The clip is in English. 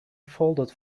folded